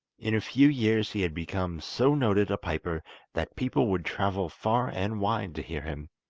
in a few years he had become so noted a piper that people would travel far and wide to hear him.